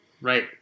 Right